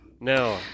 No